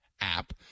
app